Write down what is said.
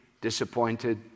disappointed